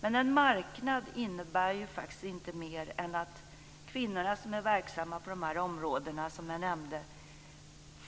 Men en marknad innebär inte mer än att kvinnorna som är verksamma på de områden som jag nämnde